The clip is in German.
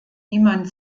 niemand